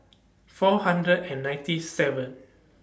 four hundred and ninety seven